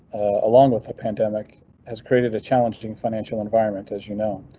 along with the pandemic has created a challenging financial environment. as you know,